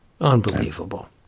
Unbelievable